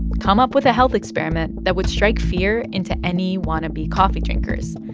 come up with a health experiment that would strike fear into any wannabe coffee drinkers.